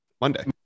Monday